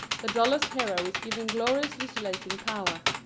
the dullest hero is given glorious visualizing power.